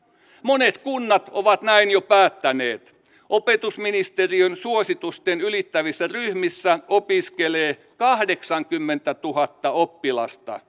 monet kunnat ovat näin jo päättäneet opetusministeriön suositukset ylittävissä ryhmissä opiskelee kahdeksankymmentätuhatta oppilasta